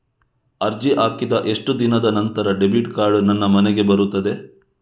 ಅರ್ಜಿ ಹಾಕಿದ ಎಷ್ಟು ದಿನದ ನಂತರ ಡೆಬಿಟ್ ಕಾರ್ಡ್ ನನ್ನ ಮನೆಗೆ ಬರುತ್ತದೆ?